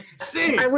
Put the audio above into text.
see